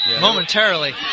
momentarily